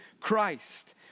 Christ